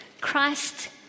Christ